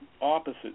opposite